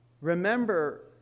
Remember